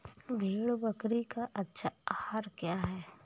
भेड़ बकरी का अच्छा आहार क्या है?